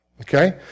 Okay